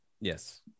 Yes